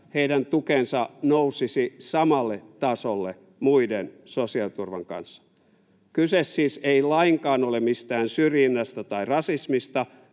heidän tukensa nousisi samalle tasolle muiden sosiaaliturvan kanssa. Kyse siis ei lainkaan ole mistään syrjinnästä tai rasismista.